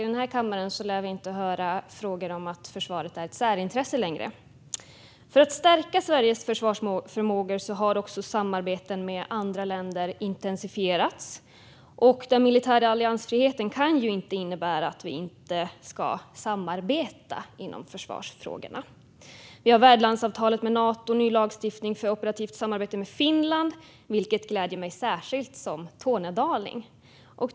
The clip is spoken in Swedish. I den här kammaren lär vi inte få höra frågor om att försvaret är ett särintresse längre. För att stärka Sveriges försvarsförmågor har också samarbeten med andra länder intensifierats. Den militära alliansfriheten kan ju inte innebära att vi inte ska samarbeta inom försvarsfrågorna. Vi har värdlandsavtalet med Nato och ny lagstiftning för operativt samarbete med Finland, vilket gläder mig särskilt som tornedaling.